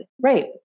Right